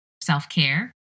self-care